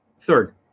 third